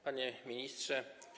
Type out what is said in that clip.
Panie Ministrze!